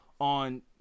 on